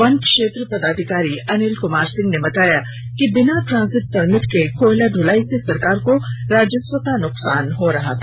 one क्षेत्र पदाधिकारी अनिल कुमार सिंह ने बताया कि बिना ट्रांजिट परमिट के कोयला दुलाई से सरकार को राजस्व का नुकसान हो रहा था